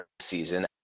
season